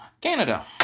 Canada